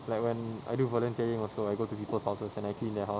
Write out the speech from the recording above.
like when I do volunteering also I go to people's houses and I clean their house